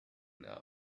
now